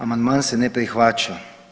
Amandman se ne prihvaća.